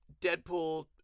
Deadpool